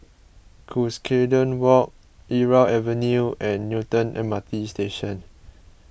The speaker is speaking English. Cuscaden Walk Irau Avenue and Newton M R T Station